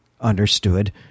understood